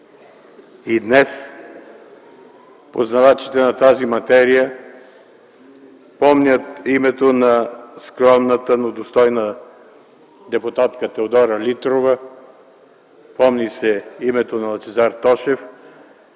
И днес познавачите на тази материя помнят името на скромната, но достойна депутатка Теодора Литрова, помни се името на Лъчезар Тошев,